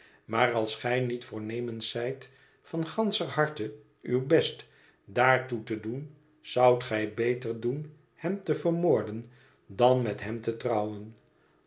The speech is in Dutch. maar als gij niet voornemens zijt van ganscher harte uw best daartoe te doen zoudt gij beter doen hem te vermoorden dan met hem te trouwen